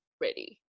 ready